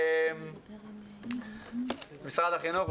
משרד החינוך,